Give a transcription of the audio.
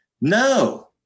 No